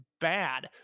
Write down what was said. bad